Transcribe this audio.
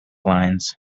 lines